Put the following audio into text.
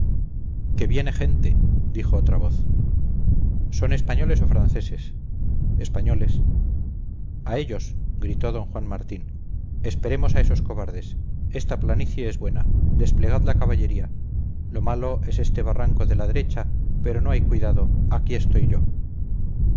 que viene gente dijo otra voz son españoles o franceses españoles a ellos gritó d juan martín esperemos a esos cobardes esta planicie es buena desplegad la caballería lo malo es este barranco de la derecha pero no hay cuidado aquí estoy yo